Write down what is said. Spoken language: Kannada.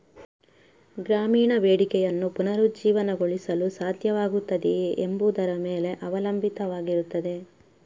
ಗ್ರಾಮೀಣ ಬೇಡಿಕೆಯನ್ನು ಪುನರುಜ್ಜೀವನಗೊಳಿಸಲು ಸಾಧ್ಯವಾಗುತ್ತದೆಯೇ ಎಂಬುದರ ಮೇಲೆ ಅವಲಂಬಿತವಾಗಿರುತ್ತದೆ